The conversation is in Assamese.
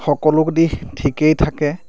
সকলো দিশ ঠিকেই থাকে